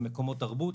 למקומות תרבות,